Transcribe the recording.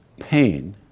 pain